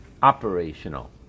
operational